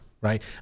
right